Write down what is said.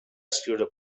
escriure